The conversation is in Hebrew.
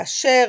כאשר